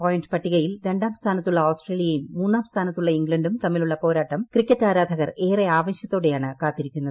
point പട്ടികയിൽ രണ്ടാം സ്ഥാനത്തുള്ള ഓസ്ട്രേലിയയും മൂന്നാം സ്ഥാനത്തുള്ള ഇംഗ്ലണ്ടും തമ്മിലുള്ള പോരാട്ടം ക്രിക്കറ്റ് ആരാധകർ ഏറെ ആവേശത്തോടെയാണ് കാത്തിരിക്കുന്നത്